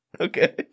Okay